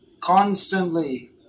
constantly